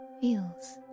feels